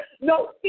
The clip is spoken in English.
no